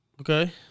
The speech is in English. Okay